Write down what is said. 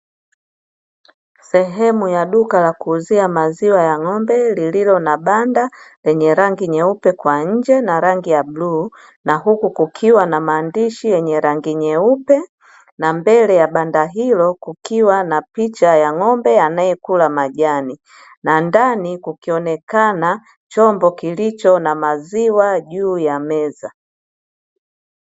Sehemu ya duka la kuuzia maziwa ya ng'ombe, lililo na banda lenye rangi nyeupe kwa nje na rangi ya bluu, na huku kukiwa na maandishi yenye rangi nyeupe na mbele ya banda hilo kukiwa na picha ya ng'ombe anayekula majani, na ndani kukionekana chombo kilicho na maziwa juu ya meza.